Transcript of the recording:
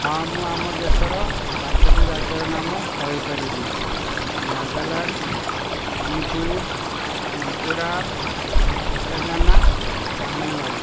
ହଁ ମୁଁ ଆମ ଦେଶର ପାଞ୍ଚଟି ରାଜ୍ୟର ନାମ କହିପାରିବି ନାଗାଲ୍ୟାଣ୍ଡ ମଣିପୁର ମିଜୋରାମ ତେଲେଙ୍ଗାନା ତାମିଲନାଡ଼ୁ